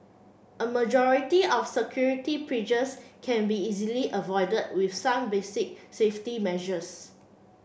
a majority of security breaches can be easily avoided with some basic safety measures